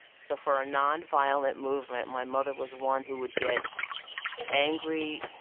so for a nonviolent movement, my mother was one who would get angry,